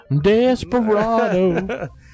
Desperado